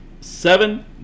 seven